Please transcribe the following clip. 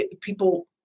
people